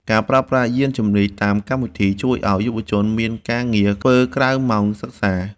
ការប្រើប្រាស់យានជំនិះតាមកម្មវិធី ជួយឱ្យយុវជនមានការងារធ្វើក្រៅម៉ោងសិក្សា។